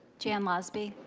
jan losby.